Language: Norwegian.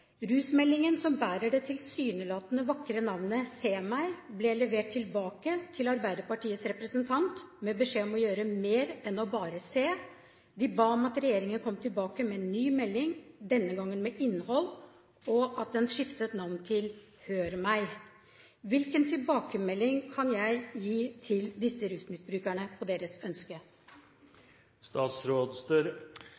Rusmeldingen, som bærer det tilsynelatende vakre navnet «Se meg!», ble levert tilbake til Arbeiderpartiets representant med beskjed om å gjøre mer enn bare å se. De ba om at regjeringen kom tilbake med en ny melding, denne gangen med innhold, og at den skiftet navn til «Hør meg!». Hvilken tilbakemelding kan jeg gi til disse rusmisbrukerne på deres ønske?